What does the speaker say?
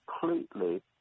completely